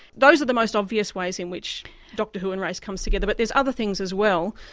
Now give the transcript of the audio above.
those are the most obvious ways in which doctor who and race comes together, but there are other things as well.